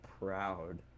proud